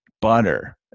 butter